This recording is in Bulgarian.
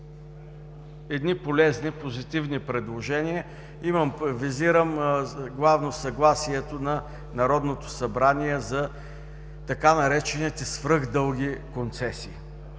бяха полезни, позитивни предложения, визирам главно съгласието на Народното събрание за така наречените „свръхдълги концесии“.